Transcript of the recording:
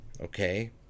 Okay